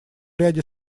ряде